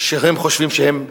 שהם חושבים שהם פופולריים,